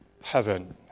heaven